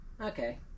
Okay